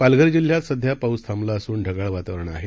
पालघरजिल्ह्यातसध्यापाऊसथांबलाअसूनढगाळवातावरणआहे